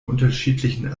unterschiedlichen